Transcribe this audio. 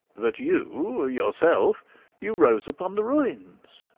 but you yourself you rose upon the ruins.